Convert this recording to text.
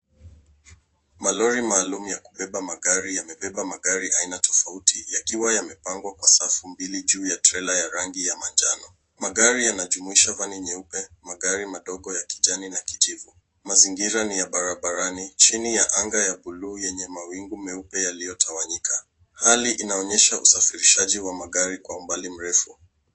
Malori maalum ya kubeba magari yamebeba magari aina tofauti, yakiwa yamepangwa kwa safu mbili juu ya trela ya rangi ya manjano. Magari yanajumuisha vani nyeupe, magari madogo ya kijani na kijivu. Mazingira ni ya barabarani, chini ya anga ya bluu yenye mawingu meupe yaliyotawanyika. Hali inaonyesha usafirishaji wa magari kwa umbali mrefu.